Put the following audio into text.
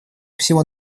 всего